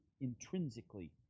intrinsically